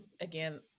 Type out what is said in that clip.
again